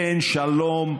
אין שלום,